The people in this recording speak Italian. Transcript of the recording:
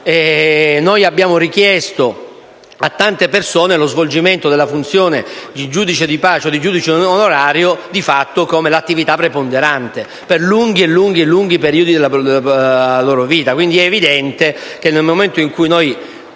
abbiamo richiesto a tante persone lo svolgimento della funzione di giudice di pace o giudice onorario, di fatto, come attività preponderante per lunghissimi periodi della propria vita. È quindi evidente che, nel momento in cui